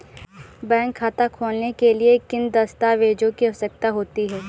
Bank खाता खोलने के लिए किन दस्तावेजों की आवश्यकता होती है?